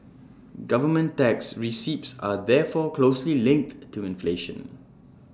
government tax receipts are therefore closely linked to inflation